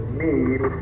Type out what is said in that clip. need